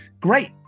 great